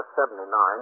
79